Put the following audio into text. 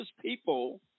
people